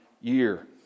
year